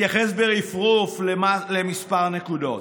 אתייחס ברפרוף לכמה נקודות.